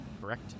Correct